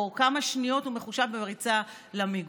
או כמה שניות בריצה למיגון.